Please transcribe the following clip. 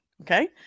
Okay